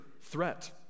threat